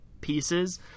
pieces